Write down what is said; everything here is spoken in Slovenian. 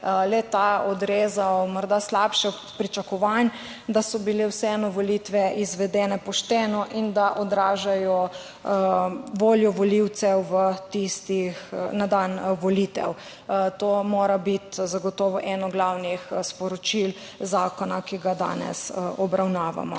le-ta odrezal morda slabše od pričakovanj, so bile vseeno volitve izvedene pošteno in odražajo voljo volivcev na dan volitev. To mora biti zagotovo eno glavnih sporočil zakona, ki ga danes obravnavamo.